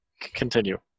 continue